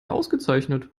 ausgezeichnet